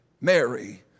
Mary